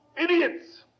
idiots